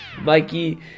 Mikey